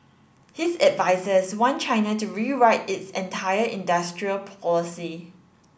his advisers want China to rewrite its entire industrial policy